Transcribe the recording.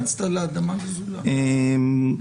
כמו שאמרתי,